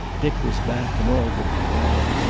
dick was back, and all would be well.